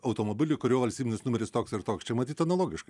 automobiliui kurio valstybinis numeris toks ir toks čia matyt analogiška